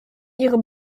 ihre